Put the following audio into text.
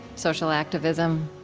social activism.